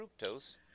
fructose